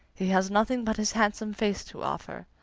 he has nothing but his handsome face to offer,